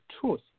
truth